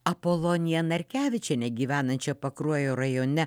apolonija narkevičienė gyvenančia pakruojo rajone